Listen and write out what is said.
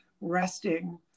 resting